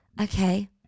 Okay